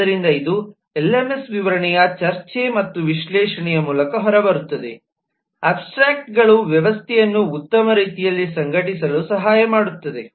ಆದ್ದರಿಂದ ಇದು ಎಲ್ಎಂಎಸ್ ವಿವರಣೆಯ ಚರ್ಚೆ ಮತ್ತು ವಿಶ್ಲೇಷಣೆಯ ಮೂಲಕ ಹೊರಬರುತ್ತದೆ ಅಬ್ಸ್ಟ್ರ್ಯಾಕ್ಟ್ಗಳು ವ್ಯವಸ್ಥೆಯನ್ನು ಉತ್ತಮ ರೀತಿಯಲ್ಲಿ ಸಂಘಟಿಸಲು ಸಹಾಯ ಮಾಡುತ್ತದೆ